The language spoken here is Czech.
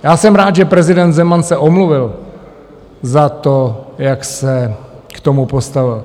Já jsem rád, že prezident Zeman se omluvil za to, jak se k tomu postavil.